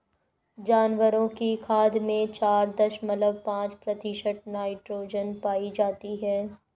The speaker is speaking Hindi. जानवरों की खाद में चार दशमलव पांच प्रतिशत नाइट्रोजन पाई जाती है